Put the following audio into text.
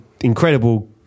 incredible